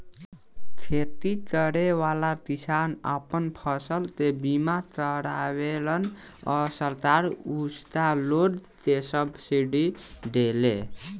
खेती करेवाला किसान आपन फसल के बीमा करावेलन आ सरकार उनका लोग के सब्सिडी देले